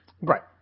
Right